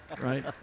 right